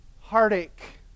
heartache